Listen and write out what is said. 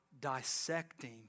dissecting